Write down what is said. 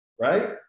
Right